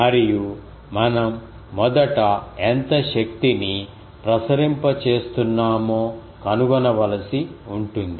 మరియు మనం మొదట ఎంత శక్తిని ప్రసరింపచేస్తున్నామో కనుగొనవలసి ఉంటుంది